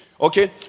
okay